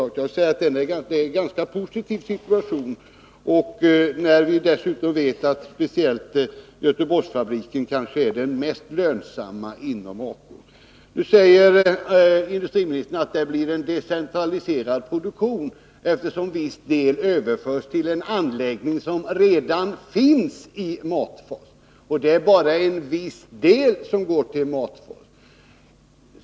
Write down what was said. Jag skulle vilja säga att det är en ganska positiv situation, särskilt som vi vet att speciellt Göteborgsfabriken kanske är den mest lönsamma inom ACO. Nu säger industriministern att det blir en decentraliserad produktion, eftersom viss del överförs till en anläggning som redan finns i Matfors. Men det är bara en viss del som går till Matfors.